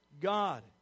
God